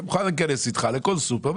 מוכן להיכנס איתך לכל סופר.